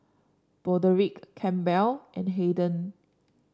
Broderick Campbell and Hayden